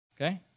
Okay